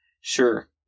Sure